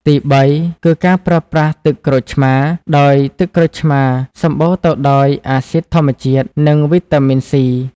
ទីបីគឺការប្រើប្រាស់ទឹកក្រូចឆ្មារ ដោយទឹកក្រូចឆ្មារសម្បូរទៅដោយអាស៊ីដធម្មជាតិ និងវីតាមីន សុី (C)។